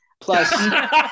Plus